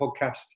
podcast